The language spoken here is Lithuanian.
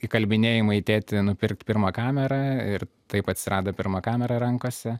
įkalbinėjimai tėti nupirk pirmą kamerą ir taip atsirado pirma kamera rankose